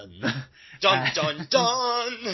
Dun-dun-dun